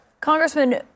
Congressman